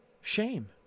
shame